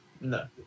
No